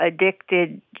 addicted